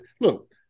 look